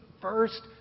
first